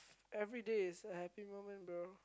everyday is a happy moment bro